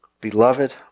Beloved